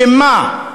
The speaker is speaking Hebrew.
לשם מה?